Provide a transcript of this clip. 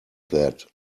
that